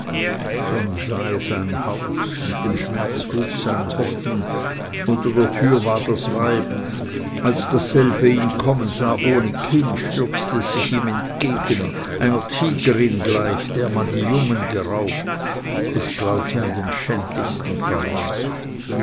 schon sah er sein haus mit dem schmerz wuchs sein hoffen unter der türe war das weib als dasselbe ihn kommen sah ohne kind stürzte es sich ihm entgegen einer tigerin gleich der man die jungen geraubt es glaubte an den schändlichsten verrat